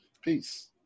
Peace